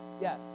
Yes